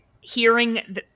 hearing